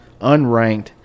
Unranked